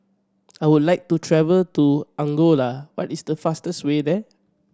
I would like to travel to Angola what is the fastest way there